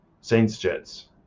Saints-Jets